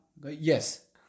yes